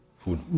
Food